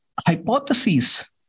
hypotheses